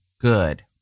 good